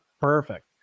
perfect